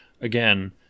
again